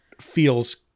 feels